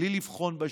בלי לבחון בשטח,